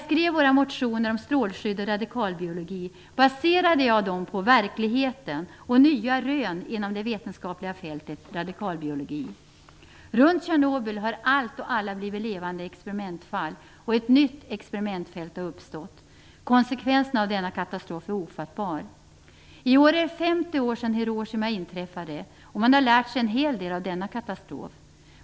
Mina motioner om strålskydd och radikalbiologi baserade jag på verkligheten och nya rön inom det vetenskapliga fältet, radikalbiologi. Runt Tjernobyl har allt och alla blivit levande experimentfall, och ett nytt experimentfält har uppstått. Konsekvenserna av denna katastrof är ofattbara. I år är det 50 år sedan Hiroshima inträffade, och man har lärt sig en hel del av denna katastrof.